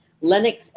Lennox